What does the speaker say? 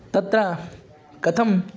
तत्र कथम्